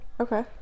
okay